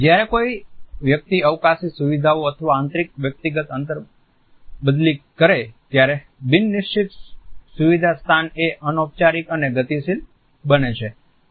જ્યારે કોઈ વ્યક્તિ અવકાશી સુવિધાઓ અથવા આંતરિક વ્યક્તિગત અંતર બદલી કરે ત્યારે બિન નિશ્ચિત સુવિધા સ્થાનએ અનૌપચારિક અને ગતિશીલ બને છે